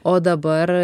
o dabar